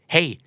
Hey